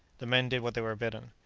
the men did what they were bidden.